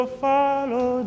follow